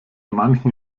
manchen